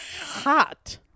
Hot